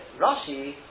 Rashi